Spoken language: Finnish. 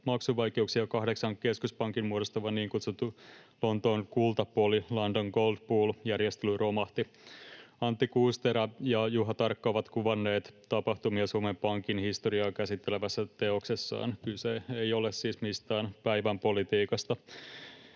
ja kahdeksan keskuspankin muodostama niin kutsuttu Lontoon kultapooli -järjestely, London Gold Pool, romahti. Antti Kuusterä ja Juha Tarkka ovat kuvanneet tapahtumia Suomen Pankin historiaa käsittelevässä teoksessaan. Kyse ei ole siis mistään päivänpolitiikasta,